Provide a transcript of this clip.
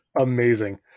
amazing